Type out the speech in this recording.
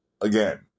again